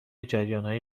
جریانهای